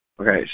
Okay